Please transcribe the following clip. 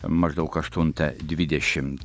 maždaug aštuntą dvidešimt